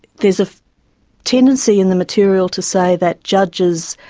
there's a tendency in the material to say that judges